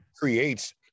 creates